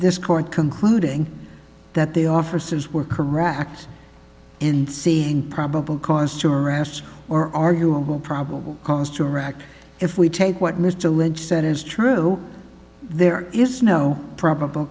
this court concluding that the officers were correct in seeing probable cause to arrest or arguable probable cause to react if we take what mr lynch said is true there is no probable